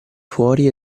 fuori